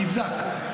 זה נבדק.